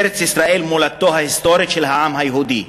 ארץ-ישראל, מולדתו ההיסטורית של העם היהודי.